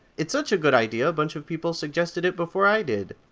it's such a good idea, a bunch of people suggested it before i did!